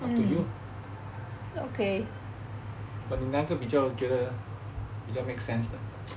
up to you ah but 你哪一个比较觉得比较 make sense